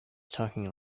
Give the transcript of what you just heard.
talking